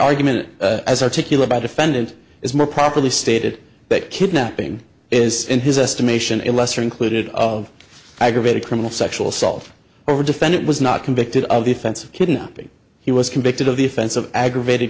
argument as articulate by defendant is more properly stated that kidnapping is in his estimation a lesser included of aggravated criminal sexual assault or defendant was not convicted of the offense of kidnapping he was convicted of the offense of aggravated